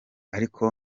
ariko